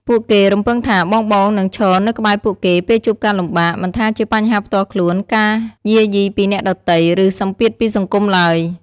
ពួកគេរំពឹងថាបងៗនឹងឈរនៅក្បែរពួកគេ ពេលជួបការលំបាក មិនថាជាបញ្ហាផ្ទាល់ខ្លួន ការយាយីពីអ្នកដទៃ ឬសម្ពាធពីសង្គមឡើយ។